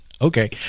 Okay